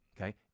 okay